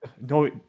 No